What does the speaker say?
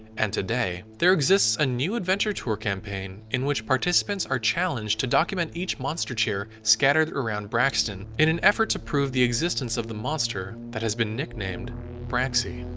and today, there exists a new adventure tour campaign in which participants are challenged to document each monster chair scattered around braxton in an effort to prove the existence of the monster that has been nicknamed braxxie.